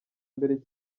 mbere